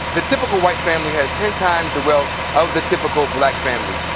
the typical white family has ten times the wealth of the typical black family.